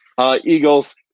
Eagles